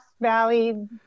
Valley